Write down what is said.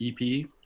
EP